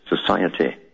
society